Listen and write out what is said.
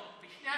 לא, אי-אמון,